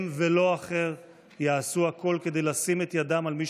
הם ולא אחר יעשו הכול כדי לשים את ידם על מי